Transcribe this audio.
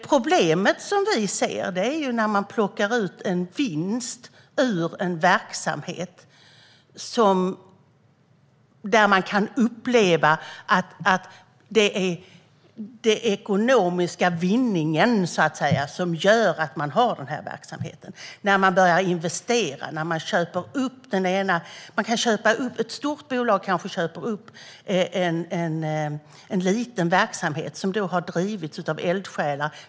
Problemet som vi ser är när man plockar ut en vinst ur en verksamhet där man kan uppleva att det är den ekonomiska vinningen som gör att man har verksamheten. Det är när man börjar investera. Ett stort bolag kanske köper upp en liten verksamhet som har drivits av eldsjälar.